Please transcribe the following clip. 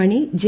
മണി J